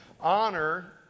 Honor